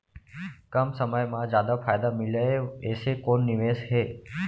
कम समय मा जादा फायदा मिलए ऐसे कोन निवेश हे?